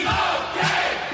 okay